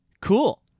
cool